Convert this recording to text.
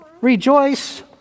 rejoice